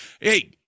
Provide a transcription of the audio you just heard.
hey